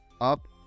up